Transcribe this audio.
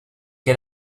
que